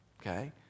okay